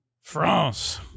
France